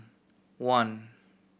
one